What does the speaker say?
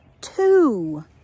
two